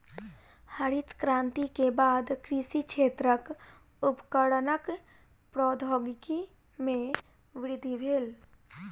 हरित क्रांति के बाद कृषि क्षेत्रक उपकरणक प्रौद्योगिकी में वृद्धि भेल